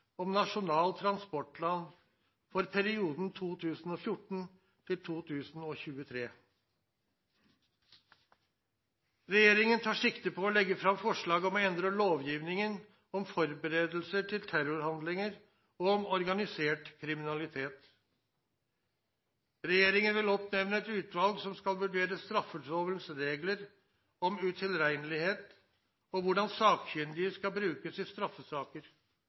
om Nasjonal transportplan for perioden 2014–2023. Regjeringen tar sikte på å legge fram forslag om å endre lovgivningen om forberedelser til terrorhandlinger og om organisert kriminalitet. Regjeringen vil oppnevne et utvalg som skal vurdere straffelovens regler om utilregnelighet og hvordan sakkyndige skal brukes i straffesaker